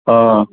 आं